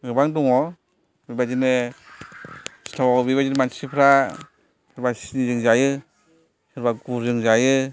गोबां दङ बेबादिनो सिथावआ बेबादिनो मानसिफ्रा सोरबा सिनिजों जायो सोरबा गुरजों जायो